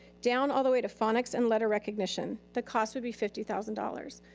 down all the way to phonics and letter recognition. the cost would be fifty thousand dollars.